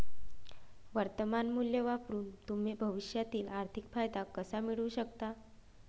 वर्तमान मूल्य वापरून तुम्ही भविष्यातील आर्थिक फायदा कसा मिळवू शकता?